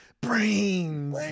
Brains